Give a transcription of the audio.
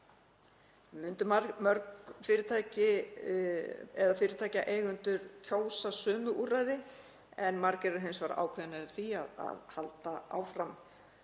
Myndu mörg fyrirtæki eða fyrirtækjaeigendur kjósa sömu úrræði en margir eru hins vegar ákveðnir í því að halda áfram